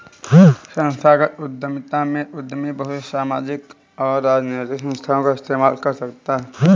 संस्थागत उद्यमिता में उद्यमी बहुत से सामाजिक और राजनैतिक संस्थाओं का इस्तेमाल कर सकता है